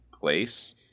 place